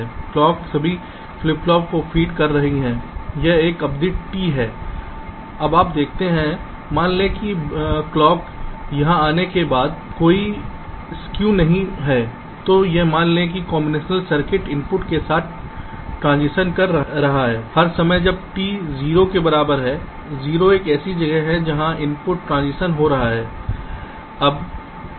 clock सभी flip flop को feed कर रही है यह एक अवधि T है अब आप देखते हैं मान लें कि क्लॉक यहाँ आने के बाद कोई एसक्यू नहीं है तो यह मान लें कि कॉम्बिनेशनल सर्किट इनपुट के साथ ट्रांज़िशन कर रहे हैं हर समय जब T 0 के बराबर है 0 एक ऐसी जगह है जहाँ इनपुट ट्रांज़िशन हो रहे हैं